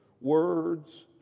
words